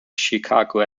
chicago